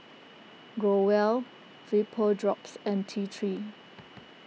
Growell Vapodrops and T three